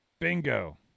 Bingo